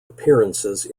appearances